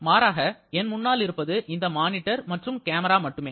மாறாக என் முன்னால் இருப்பது இந்த மானிட்டர் மற்றும் கேமரா மட்டுமே